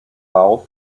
south